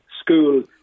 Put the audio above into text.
School